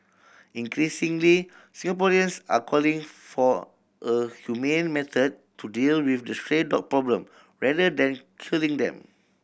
increasingly Singaporeans are calling for a humane method to deal with the stray dog problem rather than culling them